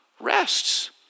rests